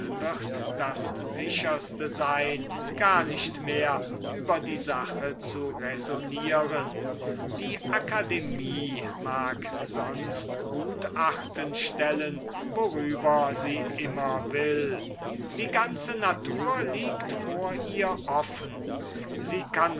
wird das sicherste sein gar nicht mehr über die sache zu raisonnieren die akademie mag sonst gutachten stellen worüber sie immer will die ganze natur liegt vor ihr offen sie kann